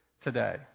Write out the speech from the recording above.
today